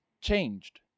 changed